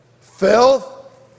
filth